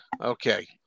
Okay